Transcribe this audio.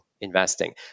investing